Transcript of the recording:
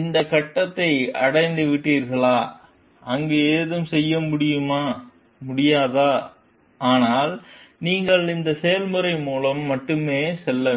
அந்த கட்டத்தை அடைந்துவிட்டீர்களா அங்கு எதுவும் செய்ய முடியாது ஆனால் நீங்கள் இந்த செயல்முறை மூலம் மட்டுமே செல்ல வேண்டும்